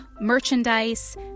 merchandise